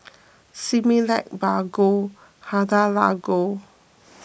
Similac Bargo Hada Labo